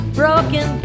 broken